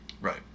Right